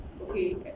Okay